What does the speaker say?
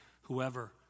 whoever